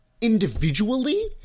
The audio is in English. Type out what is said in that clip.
individually